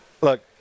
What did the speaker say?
Look